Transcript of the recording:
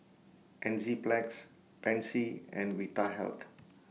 Enzyplex Pansy and Vitahealth